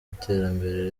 iterambere